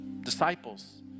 disciples